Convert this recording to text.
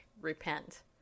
repent